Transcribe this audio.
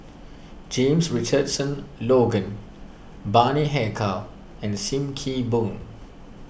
James Richardson Logan Bani Haykal and Sim Kee Boon